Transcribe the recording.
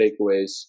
takeaways